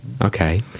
Okay